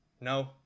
no